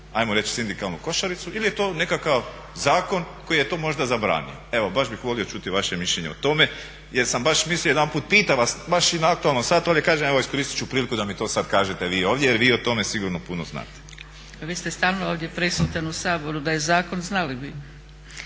tu sindikalnu košaricu ili je to nekakav zakon koji je to možda zabranio Evo baš bih volio čuti vaše mišljenje o tome jer sam baš mislio jedanput, pitam vas baš i na aktualnom satu ali kažem evo iskoristit ću priliku da mi to sad kažete vi ovdje jer vi o tome sigurno puno znate. **Zgrebec, Dragica (SDP)** Vi ste stalno ovdje prisutan u Saboru, da je zakon znali bi.